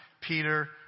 Peter